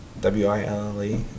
W-I-L-L-E